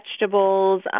vegetables